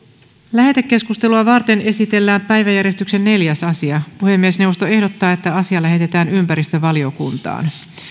lähetekeskustelua varten esitellään päiväjärjestyksen neljäs asia puhemiesneuvosto ehdottaa että asia lähetetään ympäristövaliokuntaan